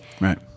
Right